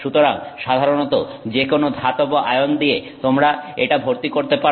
সুতরাং সাধারণত যেকোনো ধাতব আয়ন দিয়ে তোমরা এটা ভর্তি করতে পারো